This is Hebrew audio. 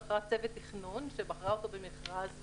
שכרה צוות תכנון שבחרה אותו במכרז,